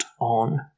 on